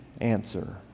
answer